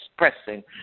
expressing